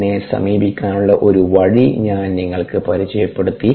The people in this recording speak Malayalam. അതിനെ സമീപിക്കാനുള്ള ഒരു വഴി ഞാൻ നിങ്ങൾക്ക് പരിചയപ്പെടുത്തി